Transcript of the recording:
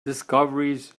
discoveries